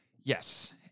Yes